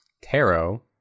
Tarot